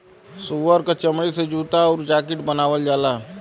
सूअर क चमड़ी से जूता आउर जाकिट बनावल जाला